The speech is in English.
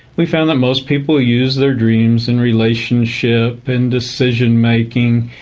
we found that most people use their dreams in relationship, in decision-making,